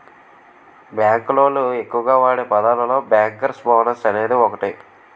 bank లోళ్ళు ఎక్కువగా వాడే పదాలలో బ్యేంకర్స్ బోనస్ అనేది ఒకటి